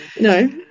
No